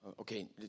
Okay